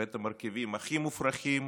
ואת המרכיבים הכי מופרכים